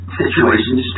situations